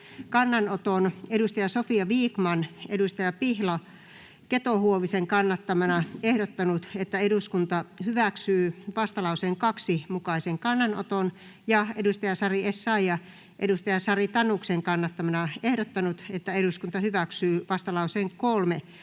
kannanoton, Sofia Vikman Pihla Keto-Huovisen kannattamana ehdottanut, että eduskunta hyväksyy vastalauseen 2 mukaisen kannanoton, ja Sari Essayah Sari Tanuksen kannattamana ehdottanut, että eduskunta hyväksyy vastalauseen 3 mukaisen kannanoton.